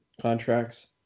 contracts